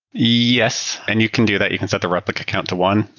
yes, and you can do that. you can set the replica count to one.